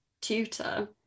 tutor